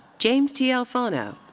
james t. alfano.